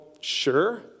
sure